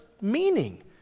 meaning